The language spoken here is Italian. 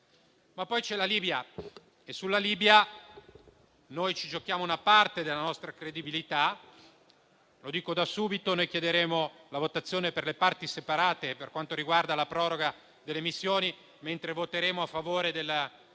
Poi c'è la Libia, su cui ci giochiamo una parte della nostra credibilità. Lo dico da subito: chiederemo la votazione per parti separate per quanto riguarda la proroga delle missioni, mentre voteremo a favore della